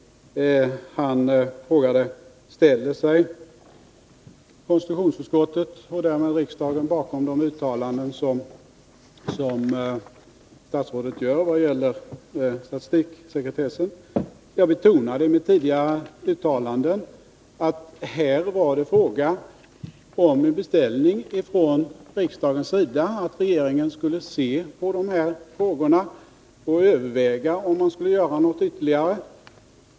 Han frågade: Ställer sig konstitutionsutskottet och därmed riksdagen bakom de uttalanden som statsrådet gör beträffande statistiksekretessen? Jag betonade i mitt tidigare uttalande att det var fråga om en beställning från riksdagen, att regeringen skulle se på dessa frågor och överväga om något ytterligare skulle göras.